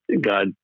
God